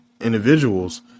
individuals